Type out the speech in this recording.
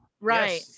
Right